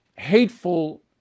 Hateful